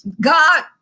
God